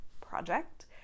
project